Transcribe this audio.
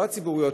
לא הציבוריים,